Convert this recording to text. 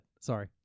Sorry